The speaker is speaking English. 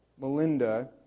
Melinda